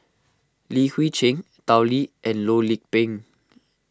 Li Hui Cheng Tao Li and Loh Lik Peng